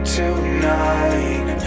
tonight